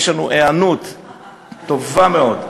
יש לנו היענות טובה מאוד,